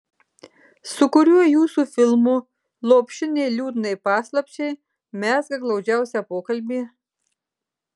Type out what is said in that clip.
su kuriuo jūsų filmu lopšinė liūdnai paslapčiai mezga glaudžiausią pokalbį